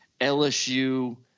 LSU